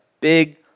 big